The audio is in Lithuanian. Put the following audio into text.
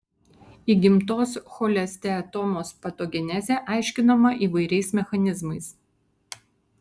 įgimtos cholesteatomos patogenezė aiškinama įvairiais mechanizmais